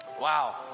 Wow